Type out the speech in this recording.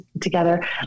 together